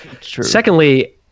Secondly